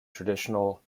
traditional